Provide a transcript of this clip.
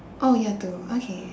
oh year two okay